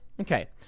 Okay